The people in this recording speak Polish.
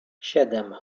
siedem